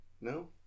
No